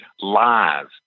live